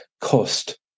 cost